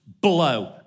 blow